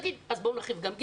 לומר שנרחיב לכיתה ג',